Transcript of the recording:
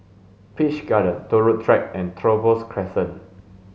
Peach Garden Turut Track and Trevose Crescent